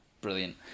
brilliant